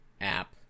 app